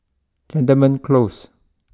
Cantonment close